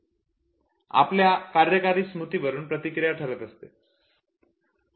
आपल्या कार्यकारी स्मृती वरून प्रतिक्रिया ठरत असते